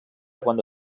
cuando